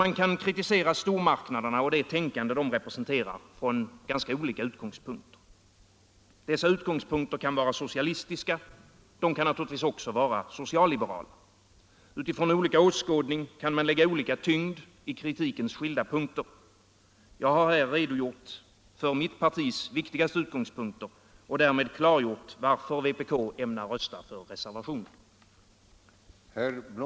Man kan kritisera stormarknaderna och det tänkande de representerar från ganska olika utgångspunkter. Dessa utgångspunkter kan vara socialistiska, de kan naturligtvis också vara socialliberala. Utifrån olika åskådning kan man lägga olika tyngd i kritikens skilda delar. Jag har här redogjort för mitt partis viktigaste utgångspunkter och därmed klargjort varför vpk ämnar rösta för reservationen.